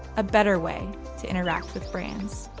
a better way to interact with brands.